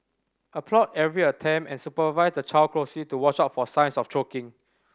applaud every attempt and supervise the child closely to watch out for signs of choking